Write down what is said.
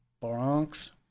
Bronx